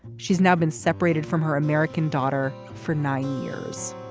she's now been separated from her american daughter for nine years